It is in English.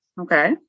Okay